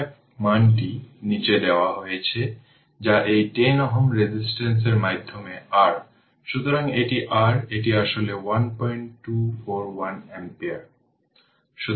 তার মানে i t I0 e এর পাওয়ার R t L এটি হল ইকুয়েশন 623 এবং 6 অধ্যায়